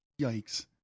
Yikes